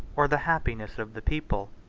or the happiness of the people.